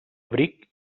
abric